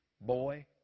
boy